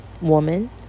woman